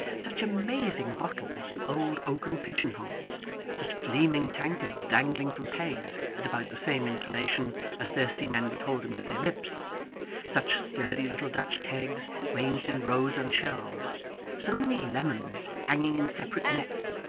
such amazing bottles in old oaken pigeon-holes such gleaming tankards dangling from pegs at about the same inclination as thirsty men would hold them to their lips such sturdy little dutch kegs ranged in rows on shelves so many lemons hanging in separate nets,